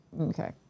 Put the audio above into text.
Okay